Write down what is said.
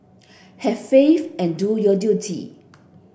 have faith and do your duty